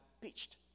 pitched